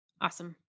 Awesome